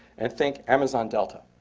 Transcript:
and think amazon delta.